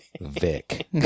Vic